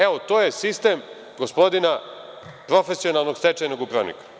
Evo, to je sistem gospodina profesionalnog stečajnog upravnika.